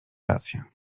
rację